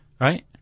Right